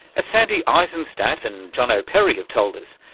as sandy isenstadt and jono perry have told us,